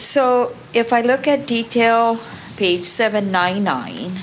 so if i look at detail page seven ninety nine